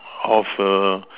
half a